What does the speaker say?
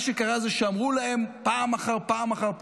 מה שקרה הוא שאמרו להם פעם אחר פעם,